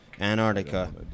Antarctica